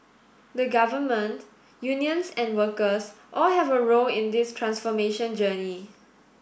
the Government unions and workers all have a role in this transformation journey